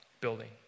building